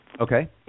Okay